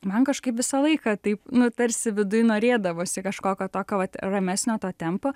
man kažkaip visą laiką taip nu tarsi viduj norėdavosi kažkokio tokio va ramesnio to tempo